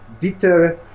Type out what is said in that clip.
Dieter